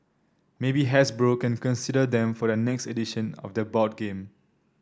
maybe Hasbro can consider them for their next edition of their board game